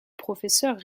professeur